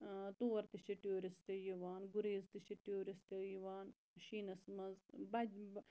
تور تہِ چھِ ٹورِسٹہٕ یِوان گُریز تہِ چھِ ٹورِسٹہٕ یِوان شیٖنَس مَنٛز بَجہِ